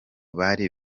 bari